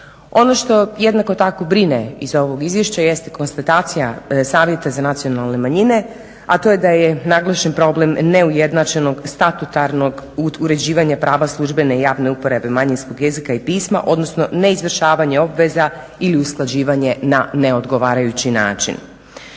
Ovo što jednako tako brine iz ovog izvješća jeste konstatacija Savjeta za nacionalne manjine, a to je da je naglašen problem neujednačenog statutarnog uređivanja prava službene javne uporabe manjinskog jezika i pisma, odnosno neizvršavanja obveza ili usklađivanje na neodgovarajući način.